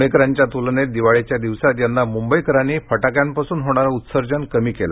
पुणेकरांच्या तुलनेत दिवाळीच्या दिवसांत यंदा मुंबईकरांनी फटाक्यांपासून होणारं उत्सर्जन कमी केलं